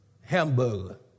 hamburger